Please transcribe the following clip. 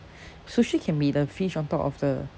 sushi can be the fish on top of the